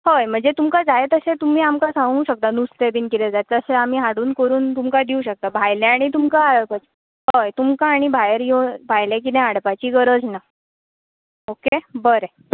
हय म्हणजे तुमकां जाय तशें तुमी आमकां सांगू शकतां नुस्ते बी कितें जाय तशे आमी हाडून करुन तुमकां दिंव शकता भायले आनी तुमकां हाडपाचे हय तुमकां आनी भायर येवन भायलें कितें हाडपाची गरज ना ओके बरें